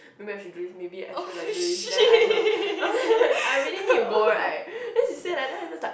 maybe I should do this maybe I should like do this then I I really need to go right then she say like then it's just like